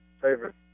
Favorite